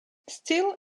still